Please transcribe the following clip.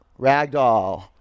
Ragdoll